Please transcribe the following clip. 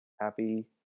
happy